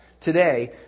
today